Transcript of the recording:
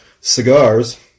Cigars